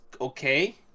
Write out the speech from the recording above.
okay